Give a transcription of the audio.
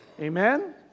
Amen